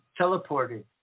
teleported